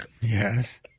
Yes